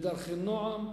בדרכי נועם,